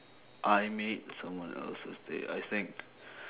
I made someone else's day I think